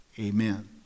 Amen